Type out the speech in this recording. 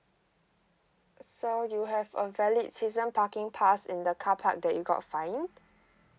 so you have a valid season parking pass in the carpark that you got fined